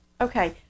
Okay